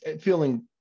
feeling –